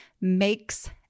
makes